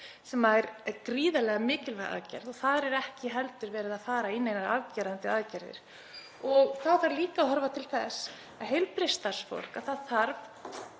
sem er gríðarlega mikilvæg aðgerð. Þar er ekki heldur verið að fara í neinar afgerandi aðgerðir. Þá þarf líka að horfa til þess að heilbrigðisstarfsfólk þarf